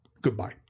Goodbye